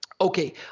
Okay